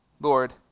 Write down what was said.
Lord